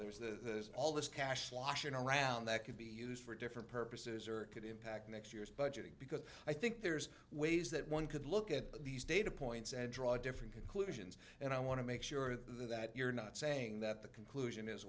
know there's all this cash sloshing around that could be used for different purposes or it could impact next year's budget because i think there's ways that one could look at these data points and draw different conclusions and i want to make sure that you're not saying that the conclusion is